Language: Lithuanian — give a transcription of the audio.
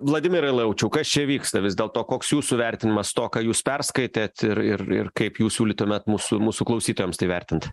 vladimirai laučiau kad čia vyksta vis dėlto koks jūsų vertinimas to ką jūs perskaitėt ir ir ir kaip jūs siūlytumėt mūsų mūsų klausytojams tai vertint